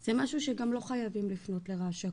זה גם משהו שלא צריכים לפנות לרש"א,